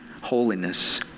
holiness